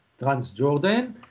Transjordan